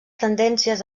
tendències